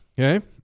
Okay